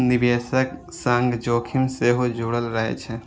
निवेशक संग जोखिम सेहो जुड़ल रहै छै